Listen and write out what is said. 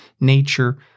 nature